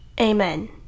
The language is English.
amen